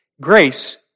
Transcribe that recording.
Grace